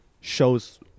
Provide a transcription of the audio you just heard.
shows